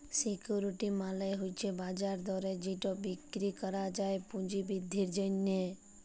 security মালে হছে বাজার দরে যেট বিক্কিরি ক্যরা যায় পুঁজি বিদ্ধির জ্যনহে